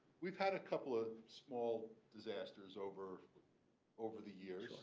we've had a couple of small disasters over over the years.